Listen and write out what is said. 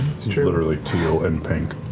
it's it's yeah literally teal and pink.